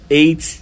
eight